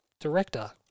Director